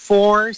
Four